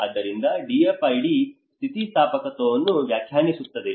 ಆದ್ದರಿಂದ DFID ಸ್ಥಿತಿಸ್ಥಾಪಕತ್ವವನ್ನು ವ್ಯಾಖ್ಯಾನಿಸುತ್ತದೆ